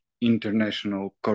international